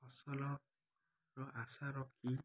ଫସଲର ଆଶା ରଖି